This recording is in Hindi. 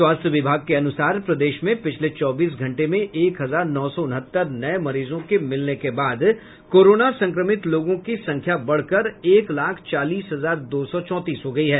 स्वास्थ्य विभाग के अनुसार प्रदेश में पिछले चौबीस घंटे में एक हजार नौ सौ उनहत्तर नए मरीजों के मिलने के बाद कोरोना संक्रमित लोगों की संख्या बढ़कर एक लाख चालीस हजार दो सौ चौंतीस हो गयी है